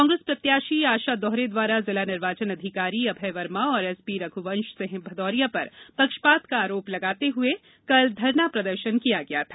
कांग्रेस प्रत्याशी आशा दोहरे द्वारा जिला निर्वाचन अधिकारी अभय वर्मा और एसपी रघुवंश सिंह भदोरिया पर पक्षपात का आरोप लगाते हुए कल धरना प्रदर्शन किया गया था